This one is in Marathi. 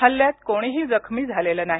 हल्ल्यात कोणीही जखमी झालेल नाही